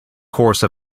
course